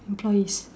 employees